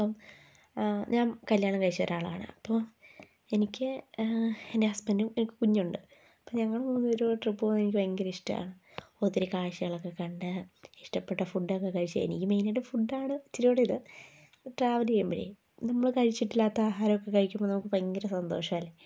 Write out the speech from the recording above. ഇപ്പോൾ ഞാൻ കല്യാണം കഴിച്ച ഒരാളാണ് അപ്പം എനിക്ക് എൻ്റെ ഹസ്ബൻഡ് എനിക്ക് കുഞ്ഞുണ്ട് അപ്പോൾ ഞങ്ങൾ മൂന്നുപേരും ട്രിപ്പ് പോകാൻ എനിക്ക് ഭയങ്കര ഇഷ്ടമാണ് ഒത്തിരി കാഴ്ചകളൊക്കെ കണ്ട് ഇഷ്ടപ്പെട്ട ഫുഡൊക്കെ കഴിച്ച് എനിക്ക് മെയിനായിട്ട് ഫുഡാണ് ഇച്ചിരികൂടി ഇത് ട്രാവൽ ചെയ്യുമ്പോഴേ നമ്മൾ കഴിച്ചിട്ടില്ലാത്ത ആഹാരമൊക്കെ കഴിക്കുമ്പോൾ നമുക്ക് ഭയങ്കര സന്തോഷമല്ലേ